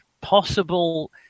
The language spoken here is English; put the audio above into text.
possible